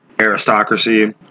aristocracy